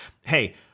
Hey